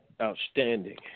Outstanding